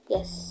Yes